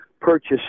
purchase